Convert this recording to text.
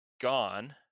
gone